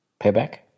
Payback